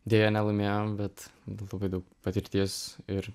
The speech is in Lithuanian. deja nelaimėjom bet labai daug patirties ir